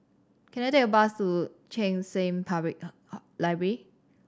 can I take a bus to Cheng San Public Library